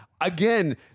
Again